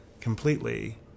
completely